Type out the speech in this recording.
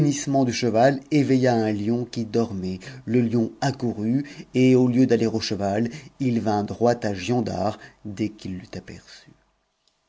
du cheval éveilla un mon qui dormait le lion accourut et au lieu mter au cheval il vint droit à giondar des qu'ih'eut aperçu